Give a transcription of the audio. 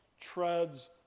treads